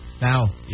Now